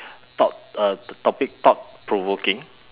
thought uh the topic thought provoking